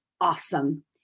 awesome